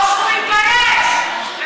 לא מקבלת גט מבעלה.